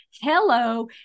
Hello